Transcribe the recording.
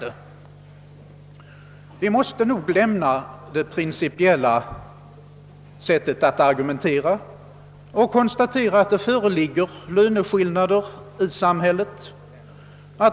Men vi måste nog lämna den principiella argumentationen och konstatera att det finns löneskillnader i samhället.